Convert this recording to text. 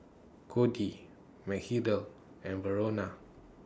Cody Mathilde and Verona